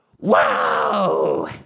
Wow